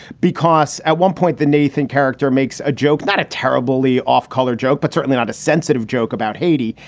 because at one point the nathan character makes a joke, not a terribly off color joke, but certainly not a sensitive joke about haiti.